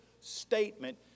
statement